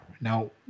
Now